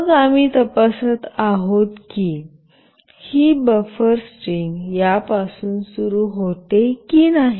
मग आम्ही तपासत आहोत की ही बफर स्ट्रिंग यापासून सुरू होते की नाही